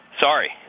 Sorry